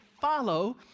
follow